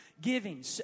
giving